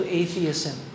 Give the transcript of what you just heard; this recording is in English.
atheism